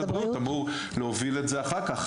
הבריאות אמור להוביל את זה אחר כך,